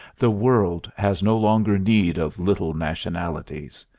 the world has no longer need of little nationalities.